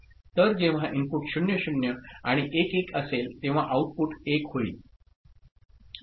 तर जेव्हा इनपुट 0 0 आणि 1 1 असेल तेव्हा आउटपुट 1 होईल